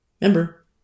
Remember